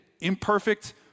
imperfect